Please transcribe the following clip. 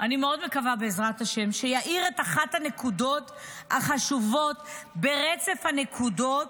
אני מאוד מקווה שהחוק הזה יעיר את אחת הנקודות החשובות ברצף הנקודות